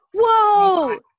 Whoa